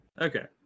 Okay